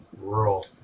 rural